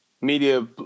media